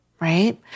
right